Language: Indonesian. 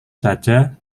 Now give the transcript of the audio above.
saja